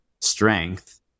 strength